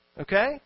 okay